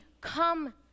come